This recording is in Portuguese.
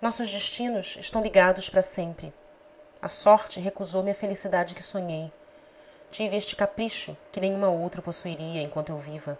nossos destinos estão ligados para sempre a sorte recusou me a felicidade que sonhei tive este capricho que nenhuma outra o possuiria enquanto eu viva